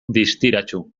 distiratsu